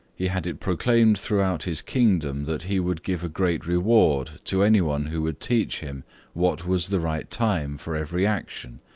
he had it proclaimed throughout his kingdom that he would give a great reward to any one who would teach him what was the right time for every action,